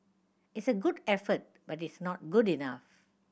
it's a good effort but it's not good enough